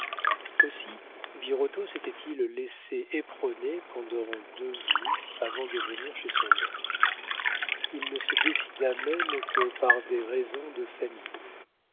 aussi birotteau s'était-il laissé éperonner pendant deux jours avant de venir chez son oncle il ne se décida même que par des raisons de famille